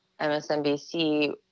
MSNBC